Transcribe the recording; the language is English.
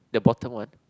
the bottom one